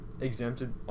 exempted